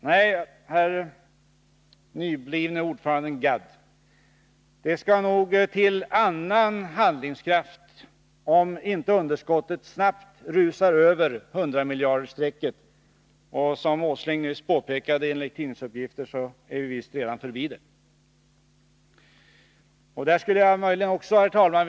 Nej, herr nyblivne ordförande Gadd, det skall nog till en annan handlingskraft, om inte underskottet snabbt skall rusa över 100-miljardersstrecket. Som Nils Åsling nyss påpekade är vi enligt tidningsuppgifter visst redan förbi det. Herr talman!